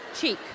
cheek